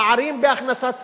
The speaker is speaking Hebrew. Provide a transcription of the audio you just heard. פערים בהכנסת שכר,